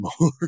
more